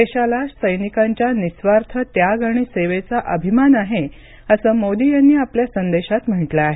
देशाला सैनिकांच्या निस्वार्थ त्याग आणि सेवेचा अभिमान आहे असं मोदी यांनी आपल्या संदेशात म्हटलं आहे